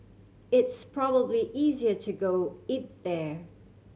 it's probably easier to go eat there